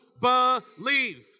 believe